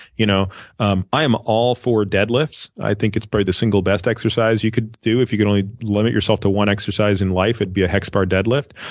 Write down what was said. you know um i'm all for deadlifts. i think it's probably the single best exercise you could do. if you could only limit yourself to one exercise in life, it'd and be a hex bar deadlift.